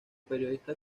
periodista